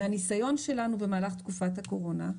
מהניסיון שלנו במהלך תקופת הקורונה,